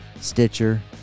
Stitcher